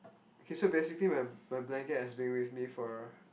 okay so basically my my blanket has been with me for